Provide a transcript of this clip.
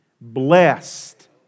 blessed